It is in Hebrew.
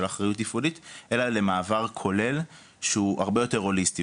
אחריות תפעולית אלא למעבר כולל שהוא הרבה יותר הוליסטי,